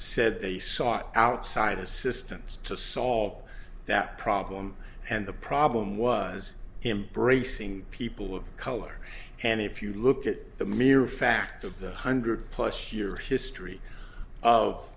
said they sought outside assistance to solve that problem and the problem was embracing people of color and if you look at the mere fact of the hundred plus year history of